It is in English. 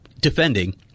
defending